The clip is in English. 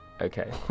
Okay